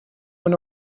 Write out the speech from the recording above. when